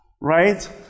right